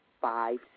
five